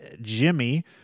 Jimmy